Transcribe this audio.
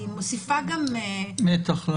היא מוסיפה מתח.